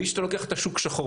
ואם אתה לוקח שוק שחור,